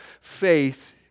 faith